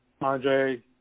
Andre